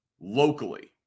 locally